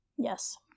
Yes